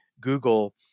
Google